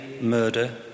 murder